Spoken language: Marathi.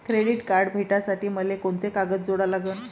क्रेडिट कार्ड भेटासाठी मले कोंते कागद जोडा लागन?